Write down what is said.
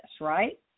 right